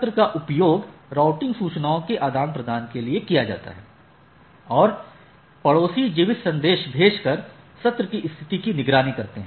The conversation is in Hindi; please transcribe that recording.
सत्र का उपयोग राउटिंग सूचनाओं के आदान प्रदान के लिए किया जाता है और पड़ोसी जीवित संदेश भेजकर सत्र की स्थिति की निगरानी करते हैं